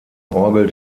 orgel